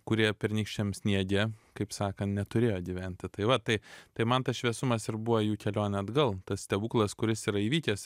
kurie pernykščiam sniege kaip sakant neturėjo gyventi tai va tai tai man tas šviesumas ir buvo jų kelionė atgal tas stebuklas kuris yra įvykęs